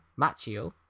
Machio